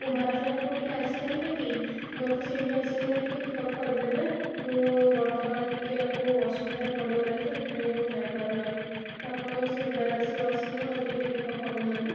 କୁମ୍ଭାରସାହି ପାଖକୁ ଟିକେ ଆସିପାରିବେ କି ମୋତେ ସେଇଠୁ ଆସିକିନା ଟିକେ ପିକ୍ ଅପ୍ କରିଦେବେ ମୁଁ ବର୍ତ୍ତମାନ ଟିକେ ନାକୁ ଅସୁବିଧାରେ ପଡ଼ିଗଲି ତ ସେଇଥିପାଇଁ କି ମୁଁ ଯାଇପାରୁ ନାହିଁ ତ ଆପଣ ସେଇ ବିଡ଼ାନାଶୀକୁ ଆସିକିନା ମୋତେ ଟିକେ ପିକ୍ ଅପ୍ କରିନିଅନ୍ତୁ